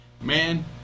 Man